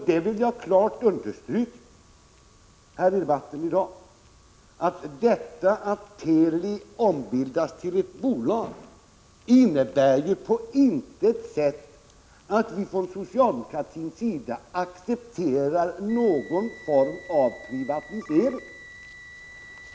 Jag vill klart understryka i debatten i dag att detta att Teli ombildas till ett bolag på intet sätt innebär att vi från socialdemokratins sida accepterar någon form av privatisering.